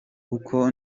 uko